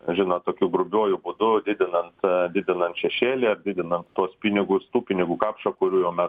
žinot tokiu grubiuoju būdu didinant didinant šešėlį ar didinant tuos pinigus tų pinigų kapšą kurių jau mes